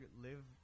live